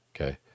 Okay